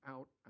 Out